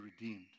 redeemed